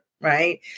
right